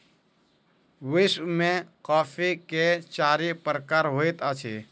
विश्व में कॉफ़ी के चारि प्रकार होइत अछि